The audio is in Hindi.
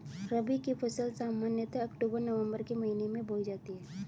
रबी की फ़सल सामान्यतः अक्तूबर नवम्बर के महीने में बोई जाती हैं